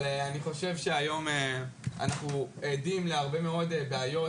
אבל אני חושב שהיום אנחנו עדים להרבה מאוד בעיות